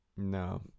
No